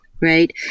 Right